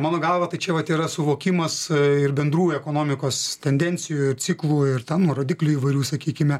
mano galva tai čia vat yra suvokimas ir bendrų ekonomikos tendencijų ir ciklų ir ten rodiklių įvairių sakykime